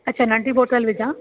अच्छा नंढी बॉटल विझां